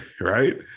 right